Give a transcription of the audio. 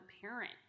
parent